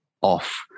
off